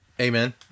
Amen